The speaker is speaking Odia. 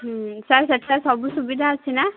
ହୁଁ ସାର୍ ସେଇଟା ସବୁ ସୁବିଧା ଅଛି ନା